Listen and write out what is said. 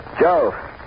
Joe